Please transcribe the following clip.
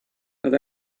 that